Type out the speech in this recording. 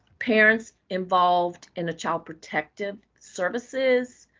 parents involved in a child protective services,